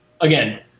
again